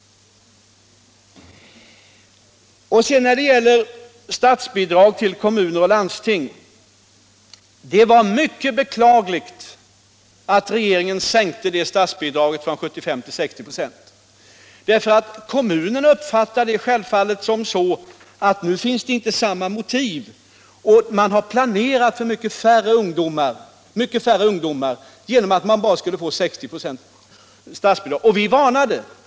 Det var mycket beklagligt att regeringen sänkte statsbidraget till kommuner och landsting från 75 till 60 26. Kommunerna uppfattar det självfallet så att nu finns det inte samma motiv att ta krafttag. Eftersom de bara skulle få 60 ?6 i statsbidrag har de planerat mycket färre jobb för ungdomar.